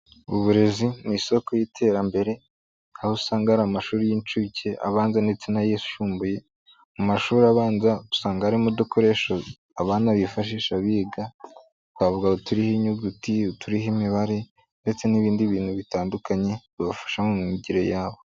Uburezi mu isoko y'iterambere aho usanga ari amashuri y'inshuke, abanza ndetse n'ayisumbuye, mu mashuri abanza usanga arimo udukoresho abana bifashisha biga twavuga uturiho inyuguti, uturiho imibare ndetse n'ibindi bintu bitandukanye bibafasha mu myigire yabo.